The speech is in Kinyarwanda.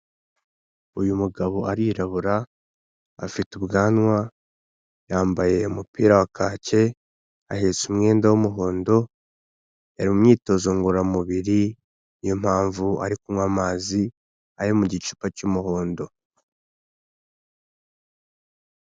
Uyu mugabo arirabura, afite ubwanwa yambaye umupira wa kake, ahetse umwenda w'umuhondo, ari mu myitozo ngororamubiri niyo mpamvu ari kunywa amazi ari mu gicupa cy'umuhondo.